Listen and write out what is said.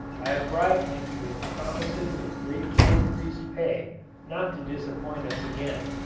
i have bribed him with promises of greatly increased pay not to disappoint us again.